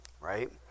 right